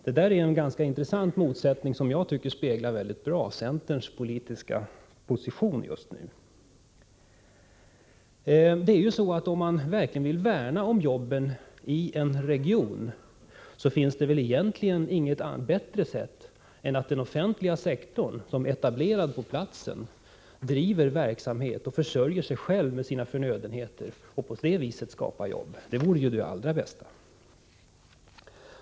Det är en intressant motsättning som mycket bra — tycker jag — speglar centerns politiska position just nu. Om man verkligen vill värna om jobben i en region finns det väl egentligen inget bättre än att låta den offentliga sektorn, som är etablerad på platsen, driva verksamhet och försörja sig själv med förnödenheter och på det viset skapa jobb — det vore ju det allra bästa.